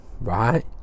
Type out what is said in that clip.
right